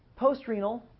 Postrenal